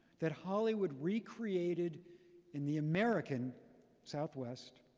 that hollywood recreated in the american southwest,